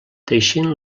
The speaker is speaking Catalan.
teixint